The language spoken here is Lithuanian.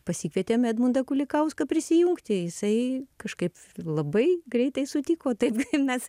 pasikvietėme edmundą kulikauską prisijungti jisai kažkaip labai greitai sutiko taip ir mes